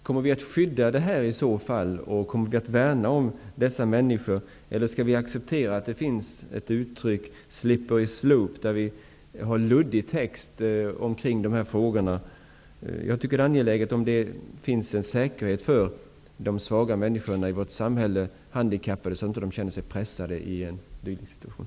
Kommer vi att skydda och värna om dessa människor, eller skall vi acceptera en ''slippery slope'', att lagtexten kring dessa frågor är luddig? Jag tycker att det är angeläget med en säkerhet för de svaga människorna, de handikappade, i vårt samhälle, så att de inte känner sig pressade i en dylik situation.